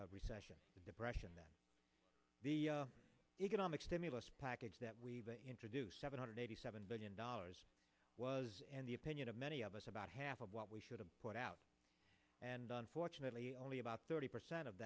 nine recession depression that the economic stimulus package that we've introduced seven hundred eighty seven billion dollars was in the opinion of many of us about half of what we should have put out and unfortunately only about thirty percent of